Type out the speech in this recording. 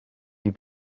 you